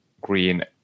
green